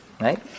Right